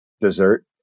dessert